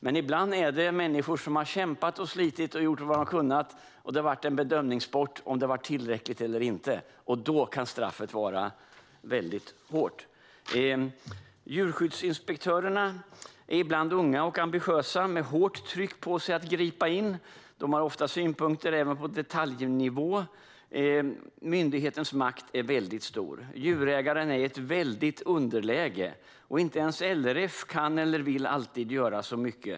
Men ibland gäller det människor som har kämpat och slitit och gjort vad de har kunnat, och det har blivit en bedömningssport att avgöra om det har varit tillräckligt eller inte. Då kan straffet vara väldigt hårt. Djurskyddsinspektörerna är ibland unga och ambitiösa med hårt tryck på sig att gripa in. De har ofta synpunkter även på detaljnivå. Myndighetens makt är stor. Djurägaren är i ett väldigt underläge, och inte ens LRF kan eller vill alltid göra så mycket.